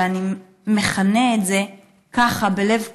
ואני מכנה את זה ככה בלב כבד,